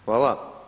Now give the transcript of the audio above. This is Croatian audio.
Hvala.